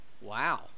Wow